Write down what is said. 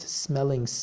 smelling